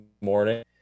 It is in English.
morning